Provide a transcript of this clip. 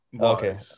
Okay